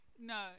no